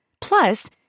Plus